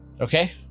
okay